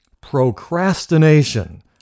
procrastination